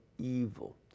Evil